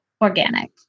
organic